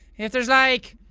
if there's like,